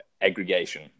aggregation